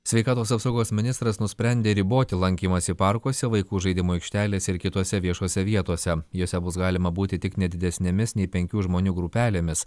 sveikatos apsaugos ministras nusprendė riboti lankymąsi parkuose vaikų žaidimų aikštelėse ir kitose viešose vietose jose bus galima būti tik ne didesnėmis nei penkių žmonių grupelėmis